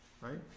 right